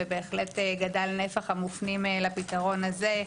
ובהחלט גדל נפח המופנים לפתרון הזה,